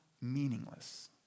meaningless